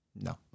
No